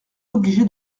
obligé